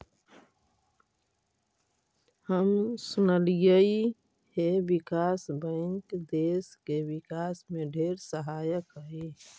हम सुनलिअई हे विकास बैंक देस के विकास में ढेर सहायक हई